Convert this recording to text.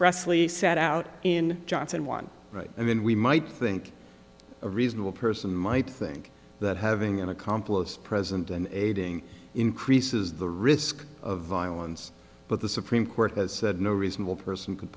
pressly set out in johnson one i mean we might think a reasonable person might think that having an accomplice present and aiding increases the risk of violence but the supreme court has said no reasonable person could